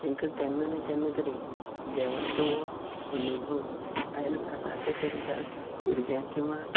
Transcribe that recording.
तेकां केन्ना ना केन्ना तरी देवाचो हो अनुभव आयल्लो आसा ते तेंच्या भुरग्यांक किंवां